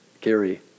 Gary